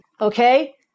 okay